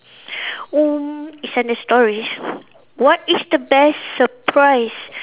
mm it's under stories what is the best surprise